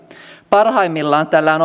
parhaimmillaan tällä on